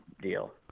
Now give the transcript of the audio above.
deal